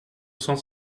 cent